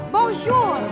Bonjour